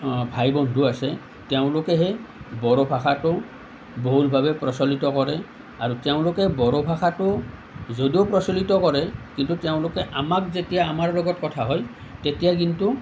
ভাই বন্ধু আছে তেওঁলোকেহে বড়ো ভাষাটো বহুলভাৱে প্ৰচলিত কৰে আৰু তেওঁলোকে বড়ো ভাষাটো যদিও প্ৰচলিত কৰে কিন্তু তেওঁলোকে আমাক যেতিয়া আমাৰ লগত কথা হয় তেতিয়া কিন্তু